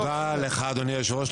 תודה לך אדוני היושב-ראש.